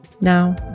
Now